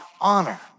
honor